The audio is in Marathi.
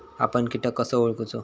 आपन कीटक कसो ओळखूचो?